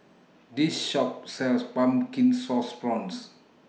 This Shop sells Pumpkin Sauce Prawns